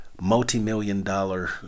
multi-million-dollar